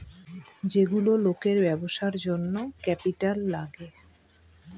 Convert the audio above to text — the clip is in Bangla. যেগুলো লোকের ব্যবসার জন্য ক্যাপিটাল লাগে